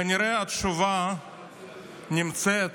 כנראה התשובה נמצאת